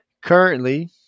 Currently